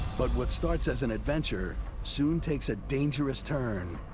but what starts as an adventure soon takes a dangerous turn.